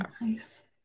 nice